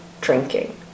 drinking